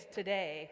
today